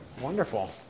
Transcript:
Wonderful